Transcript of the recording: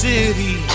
City